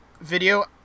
video